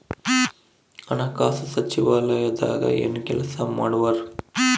ಹಣಕಾಸು ಸಚಿವಾಲಯದಾಗ ಏನು ಕೆಲಸ ಮಾಡುವರು?